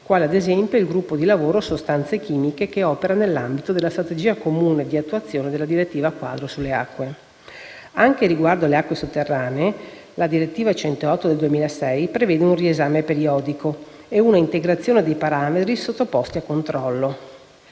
quali ad esempio il gruppo di lavoro "sostanze chimiche" che opera nell'ambito della strategia comune di attuazione della direttiva quadro sulle acque. Anche riguardo alle acque sotterranee, la direttiva 2006/118/CE prevede un riesame periodico e un'integrazione dei parametri sottoposti a controllo.